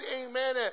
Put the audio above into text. amen